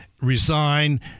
Resign